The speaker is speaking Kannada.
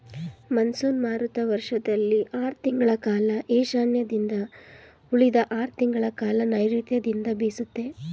ಮಾನ್ಸೂನ್ ಮಾರುತ ವರ್ಷದಲ್ಲಿ ಆರ್ ತಿಂಗಳ ಕಾಲ ಈಶಾನ್ಯದಿಂದ ಉಳಿದ ಆರ್ ತಿಂಗಳಕಾಲ ನೈರುತ್ಯದಿಂದ ಬೀಸುತ್ತೆ